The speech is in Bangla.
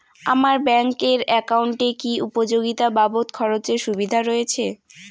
আমার ব্যাংক এর একাউন্টে কি উপযোগিতা বাবদ খরচের সুবিধা রয়েছে?